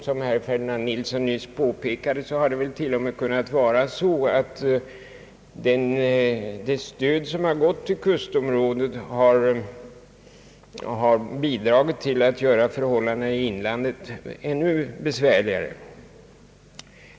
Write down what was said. Som herr Ferdinand Nilsson nyss påpekade har det t.o.m. kunnat vara så att det stöd som gått till kustområdet bidragit till att göra förhållandena i inlandet ännu besvärligare.